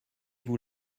vous